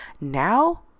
now